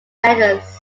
letters